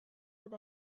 with